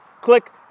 click